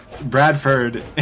Bradford